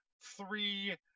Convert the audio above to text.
three